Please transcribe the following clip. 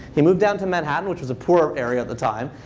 he moved down to manhattan, which was a poorer area at the time,